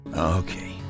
Okay